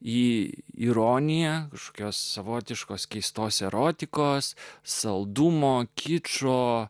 į ironiją kažkokios savotiškos keistos erotikos saldumo kičo